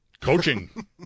Coaching